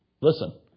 Listen